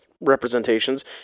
representations